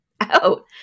out